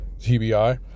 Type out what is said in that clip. TBI